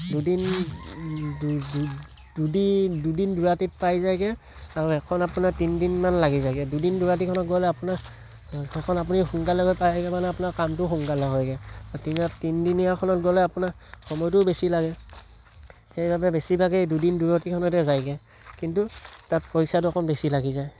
দুদিন দুদিন দুদিন দুৰাতিত পাই যায়গৈ আৰু এখন আপোনাৰ তিনদিনমান লাগি যায়গৈ দুদিন দুৰাতিখনত গ'লে আপোনাৰ সেইখন আপুনি সোনকালে গৈ পায়গৈ মানে আপোনাৰ কামটো সোনকালে হয়গৈ তিনদিনীয়াখনত গ'লে আপোনাৰ সময়টো বেছি লাগে সেইবাবে বেছিভাগে দুদিন দুৰাতিখনতে যায়গৈ কিন্তু তাত পইচাটো অকণ বেছি লাগি যায়